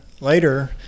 later